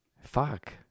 Fuck